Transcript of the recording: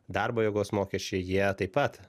darbo jėgos mokesčiai jie taip pat